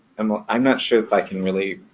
um ah i'm not sure if i can really,